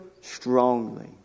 strongly